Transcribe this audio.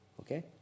Okay